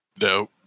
No